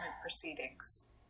proceedings